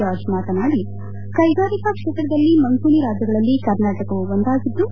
George ಮಾತನಾಡಿ ಕೈಗಾರಿಕಾಕ್ಷೇತ್ರದಲ್ಲಿ ಮುಂಚೂಣಿ ರಾಜ್ಯಗಳಲ್ಲಿ ಕರ್ನಾಟಕವೂ ಒಂದಾಗಿದ್ದು